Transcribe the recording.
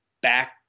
back